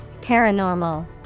Paranormal